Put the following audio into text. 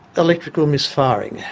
electrical misfiring,